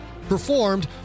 Performed